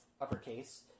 uppercase